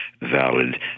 valid